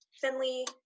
Finley